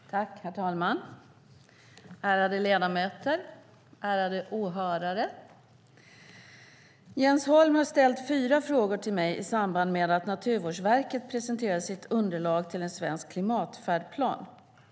Herr talman, ärade ledamöter och ärade åhörare! Jens Holm har ställt fyra frågor till mig i samband med att Naturvårdsverket presenterade sitt underlag till en svensk klimatfärdplan.